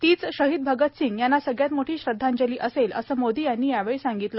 तीच शहीद भगतसिंग यांना सगळ्यात मोठी श्रद्धांजली असेल असं मोदी यांनी यावेळी सांगितलं